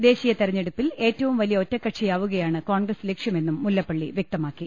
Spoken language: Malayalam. ദേശീയ തെരഞ്ഞെടുപ്പിൽ ഏറ്റവും വലിയ ഒറ്റക്കക്ഷിയാവുകയാണ് കോൺഗ്രസ് ലക്ഷ്യ മെന്നും മുല്ലപ്പള്ളി വൃക്തമാക്കി